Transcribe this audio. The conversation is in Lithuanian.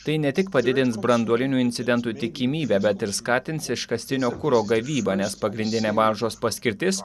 tai ne tik padidins branduolinių incidentų tikimybę bet ir skatins iškastinio kuro gavybą nes pagrindinė baržos paskirtis